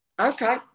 Okay